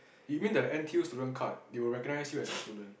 you mean the N_T_U student card they will recognize you as a student